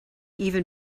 even